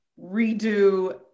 redo